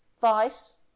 vice